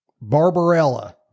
barbarella